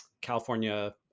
california